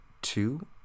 Two